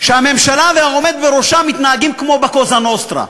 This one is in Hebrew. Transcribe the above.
שהממשלה והעומד בראשה מתנהגים כמו בקוזה נוסטרה.